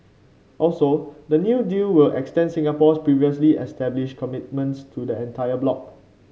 also the new deal will extend Singapore's previously established commitments to the entire bloc